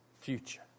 future